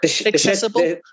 accessible